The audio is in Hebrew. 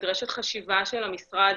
נדרשת חשיבה של המשרד